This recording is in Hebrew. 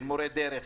של מורי דרך,